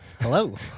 Hello